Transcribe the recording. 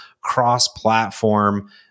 cross-platform